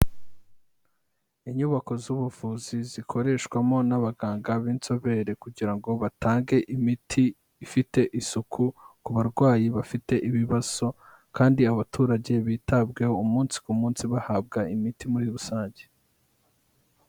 Inyubako z'ubuvuzi zikoreshwamo n'abaganga b'inzobere, kugira ngo batange imiti ifite isuku ku barwayi bafite ibibazo, kandi abaturage bitabweho umunsi ku munsi bahabwa imiti muri rusange.